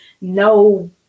no